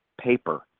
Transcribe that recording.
paper